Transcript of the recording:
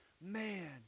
man